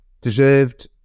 Deserved